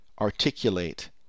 articulate